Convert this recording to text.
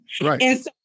Right